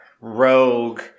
rogue